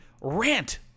rant